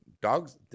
Dogs